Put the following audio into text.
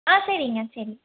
ஆ சரிங்க சரி